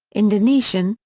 indonesian,